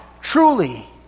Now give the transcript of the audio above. truly